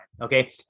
okay